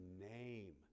name